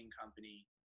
company